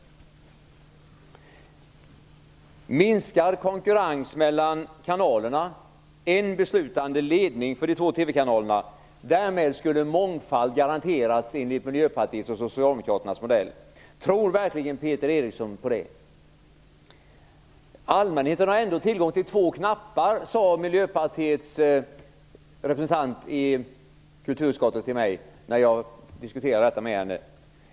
Minskad konkurrens mellan kanalerna, en beslutande ledning mellan de två kanalerna - därmed skulle mångfald garanteras enligt Miljöpartiets och Socialdemokraternas modell. Tror verkligen Peter Eriksson på det? Man har ändå tillgång till två knappar, sade Miljöpartiets representant i kulturutskottet till mig när jag diskuterade detta med henne.